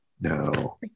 No